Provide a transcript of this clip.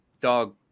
dog